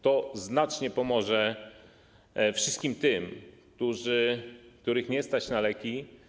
To znacznie pomoże wszystkim tym, których nie stać na leki.